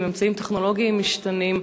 עם אמצעים טכנולוגיים משתנים,